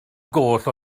goll